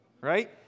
Right